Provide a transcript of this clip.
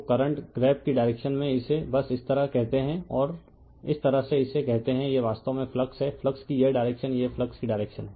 तो current grab की direction में इसे बस इस तरह कहते हैं और इस तरह से इसे कहते हैं यह वास्तव में फ्लक्स है फ्लक्स की यह डायरेक्शन यह फ्लक्स की डायरेक्शन है